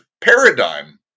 paradigm